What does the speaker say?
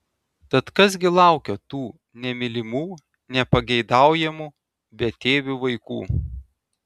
tad kas gi laukia tų nemylimų nepageidaujamų betėvių vaikų